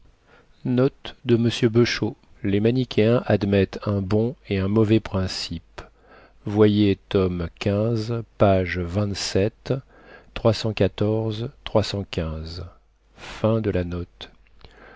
admettent un bon et un mauvais principe voyez tome xv pages